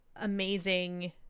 amazing